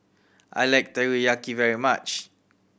I like Teriyaki very much